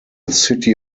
city